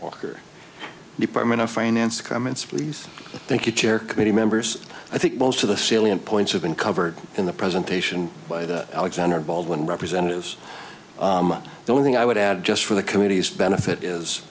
walker department of finance comments please thank you chair committee members i think most of the salient points have been covered in the presentation by the alexander baldwin representatives the only thing i would add just for the committee's benefit